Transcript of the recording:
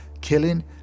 Killing